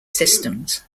systems